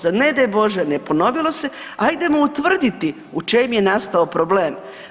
Za ne daj Bože, ne ponovilo se, ajdemo utvrditi u čem je nastao problem.